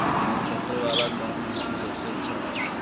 घास काटे वाला कौन मशीन सबसे अच्छा बा?